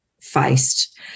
faced